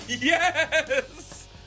Yes